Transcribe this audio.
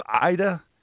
Ida